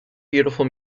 beautiful